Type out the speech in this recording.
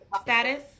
status